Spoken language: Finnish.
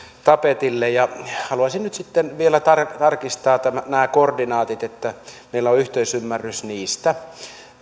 tapetille ja haluaisin nyt sitten vielä tarkistaa nämä koordinaatit että meillä on yhteisymmärrys niistä